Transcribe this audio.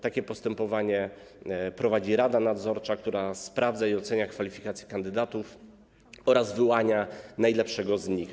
Takie postępowanie prowadzi rada nadzorcza, która sprawdza i ocenia kwalifikacje kandydatów oraz wyłania najlepszego z nich.